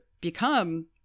become